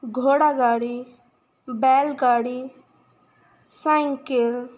ਗੌੜਾ ਗਾਡੀ ਬੈਲ ਗਾਡੀ ਸਾਂਈਕਿਲ